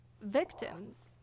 victims